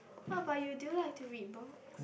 how about you do you like to read books